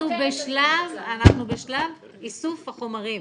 אנחנו בשלב איסוף החומרים.